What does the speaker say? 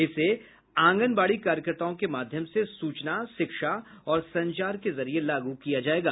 इसे आंगनवाड़ी कार्यकर्ताओं के माध्यम से सूचना शिक्षा और संचार के जरिए लागू किया जाएगा